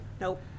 Nope